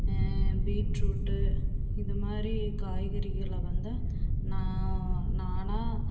beetroot இதுமாதிரி காய்கறிகளை வந்து நான் நானாக